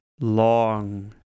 long